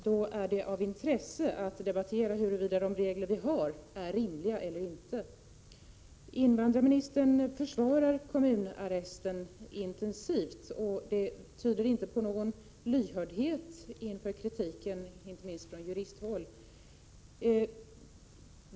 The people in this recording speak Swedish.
Det är då intressant att debattera huruvida de regler vi har är rimliga eller inte. Invandrarministern försvarar kommunarresten intensivt. Det tyder inte på någon lyhördhet för kritiken, inte minst från juristhåll.